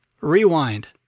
Rewind